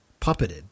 puppeted